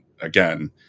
again